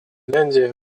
финляндия